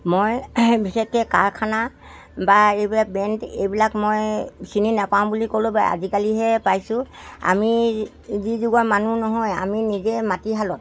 মই বিশেষকৈ কাৰখানা বা এইবিলাক বেণ্ট এইবিলাক মই চিনি নাপাওঁ বুলি ক'লেও বেয়া আজিকালিহে পাইছোঁ আমি যি যুগৰ মানুহ নহয় আমি নিজে মাটিশালত